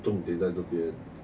重点在这边